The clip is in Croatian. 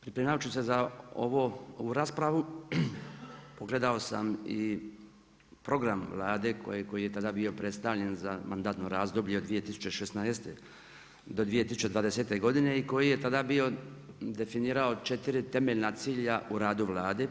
Pripremajući se za ovu raspravu ugledao sam i program Vlade koji je tada bio predstavljen za mandatno razdoblje od 2016.-2020. godine i koji je tada bio definirao 4 temeljna cilja u radu vlade.